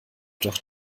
doch